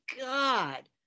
god